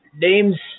name's